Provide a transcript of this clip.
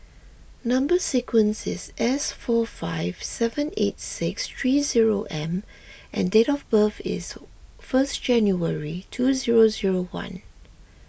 Number Sequence is S four five seven eight six three zero M and date of birth is first January two zero zero one